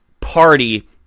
Party